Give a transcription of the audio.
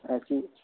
AC